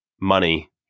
money